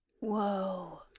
whoa